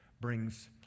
brings